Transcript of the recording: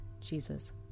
Jesus